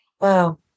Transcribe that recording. Wow